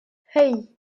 hey